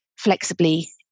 Flexibly